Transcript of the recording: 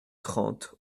trente